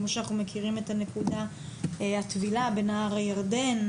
כמו נקודת הטבילה בנהר הירדן,